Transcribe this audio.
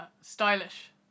Stylish